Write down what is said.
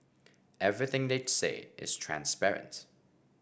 everything they say is transparent